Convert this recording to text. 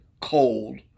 cold